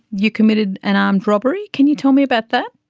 you committed an armed robbery. can you tell me about that?